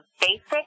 basic